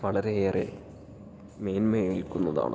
വളരെ ഏറെ മേന്മയേകുന്നതാണ്